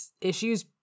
issues